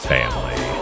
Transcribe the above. Family